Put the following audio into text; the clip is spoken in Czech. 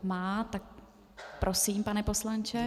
Má, takže prosím, pane poslanče.